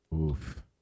Oof